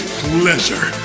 pleasure